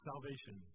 Salvation